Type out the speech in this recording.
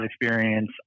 experience